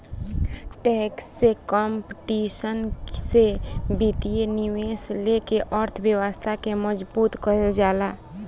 tax competition से वित्तीय निवेश लेके अर्थव्यवस्था के मजबूत कईल जाला